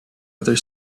other